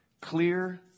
Clear